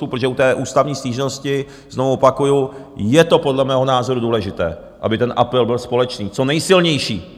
Protože u té ústavní stížnosti, znovu opakuju, je to podle mého názoru důležité, aby ten apel byl společný, co nejsilnější.